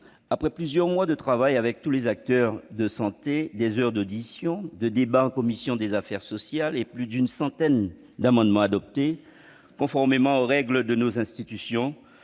après plusieurs mois de travail avec tous les acteurs de santé, des heures d'auditions, de débats en commission des affaires sociales, et plus d'une centaine d'amendements adoptés, conformément aux règles de nos institutions,